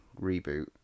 reboot